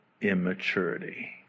immaturity